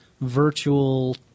virtual